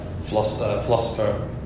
philosopher